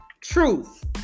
truth